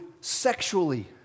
sexually